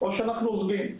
או שאנחנו עוזבים".